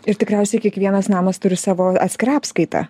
ir tikriausiai kiekvienas namas turi savo atskirą apskaitą